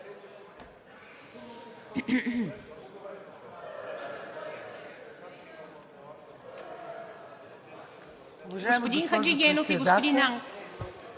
Благодаря